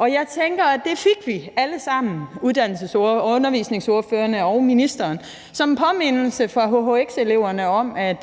Jeg tænker, at vi alle sammen – undervisningsordførerne og ministeren – fik det som en påmindelse fra hhx-eleverne om, at